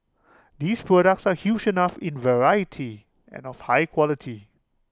these products are huge enough in variety and of high quality